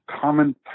common